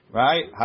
right